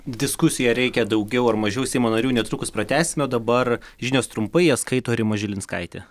diskusija reikia daugiau ar mažiau seimo narių netrukus pratęsime o dabar žinios trumpai jas skaito rima žilinskaitė